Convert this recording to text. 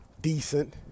Decent